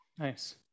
Nice